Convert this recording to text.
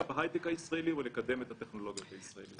בהייטק הישראלי ולקדם את הטכנולוגיות הישראליות.